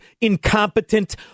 incompetent